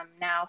now